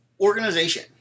organization